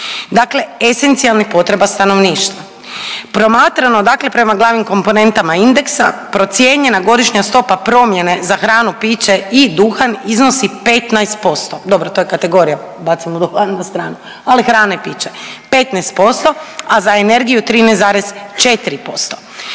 dakle esencijalnih potreba stanovništva. Promatrano prema glavnim komponentama indeksa procijenjena godišnja stopa promjene za hranu, piće i duhan iznosi 15%, dobro to je kategorija bacimo duhan na stranu, ali hrana i piće 15%, a za energiju 13,4%,